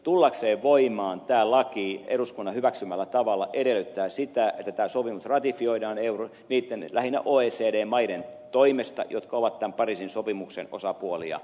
tullakseen voimaan eduskunnan hyväksymällä tavalla tämä laki edellyttää sitä että tämä sopimus ratifioidaan niiden lähinnä oecd maiden toimesta jotka ovat tämän pariisin sopimuksen osapuolia